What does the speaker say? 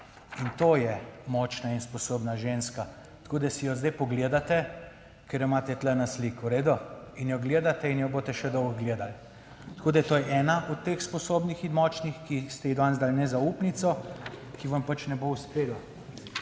in to je močna in sposobna ženska, tako da si jo zdaj pogledate, ker jo imate tukaj na sliki v redu in jo gledate in jo boste še dolgo gledali. Tako, da to je ena od teh sposobnih in močnih, ki ste jih danes dali nezaupnico, ki vam pač ne bo uspela.